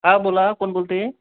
हां बोला कोण बोलत आहे